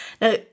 Now